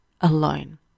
alone